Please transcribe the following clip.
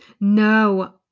No